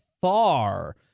far